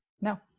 No